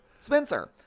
Spencer